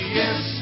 yes